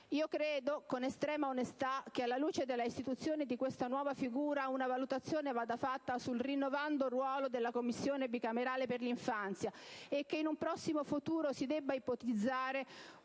regionali. Con estrema onestà credo che, alla luce della istituzione di questa nuova figura, una valutazione vada fatta sul rinnovando ruolo della Commissione bicamerale per 1'infanzia e che in un prossimo futuro si debba ipotizzare